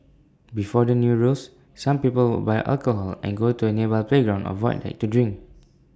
before the new rules some people would buy alcohol and go to A nearby playground or void deck to drink